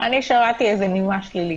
אני שמעתי איזה נימה שלילית.